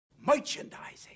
Merchandising